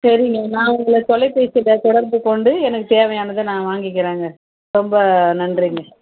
சரிங்க நான் உங்கள் தொலைபேசியில தொடர்புக்கொண்டு எனக்கு தேவையானதை நான் வாங்கிக்கிறேங்க ரொம்ப நன்றிங்க